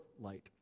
light